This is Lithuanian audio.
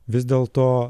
vis dėlto